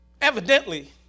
evidently